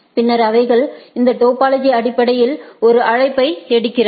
பின்னர் அவர்கள் இந்த டோபாலஜி அடிப்படையில் ஒரு அழைப்பை எடுக்கிறார்கள்